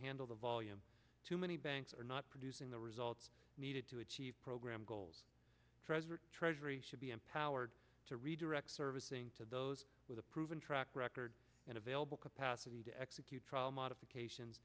handle the volume too many banks are not producing the results needed to achieve program goals treasury should be empowered to redirect servicing to those with a proven track record and available capacity to execute trial modifications